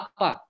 Apa